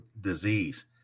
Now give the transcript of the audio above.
disease